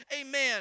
Amen